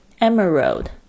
Emerald